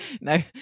no